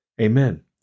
Amen